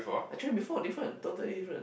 I tried it before different totally different